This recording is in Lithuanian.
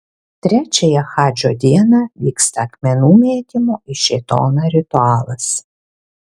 trečiąją hadžo dieną vyksta akmenų mėtymo į šėtoną ritualas